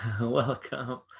welcome